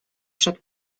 przed